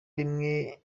rimwe